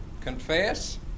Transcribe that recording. confess